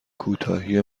کوتاهی